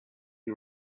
you